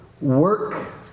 work